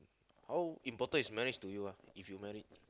how important is marriage to you ah if you married